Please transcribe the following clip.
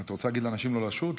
את רוצה להגיד לאנשים לא לשוט?